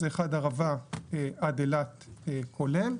אחד זה ערבה עד אילת כולל,